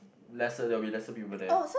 lesser there'll be lesser people there